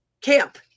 camp